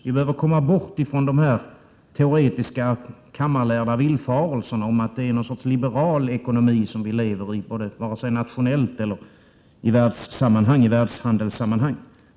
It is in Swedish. Vi behöver komma bort från den teoretiska, kammarlärda villfarelsen att det är någon sorts liberal ekonomi vi lever i, både nationellt och i världshandelssammanhang.